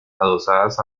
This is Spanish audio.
adosadas